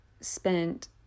spent